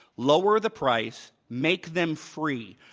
lower the pr ice, make them free.